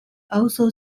also